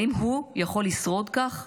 האם הוא יכול לשרוד כך?